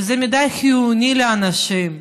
וזה מידע חיוני לאנשים.